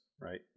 Right